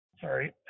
sorry